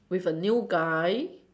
with a new guy